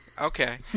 Okay